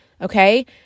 okay